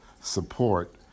support